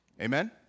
Amen